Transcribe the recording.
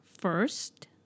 First